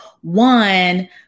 One